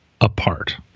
apart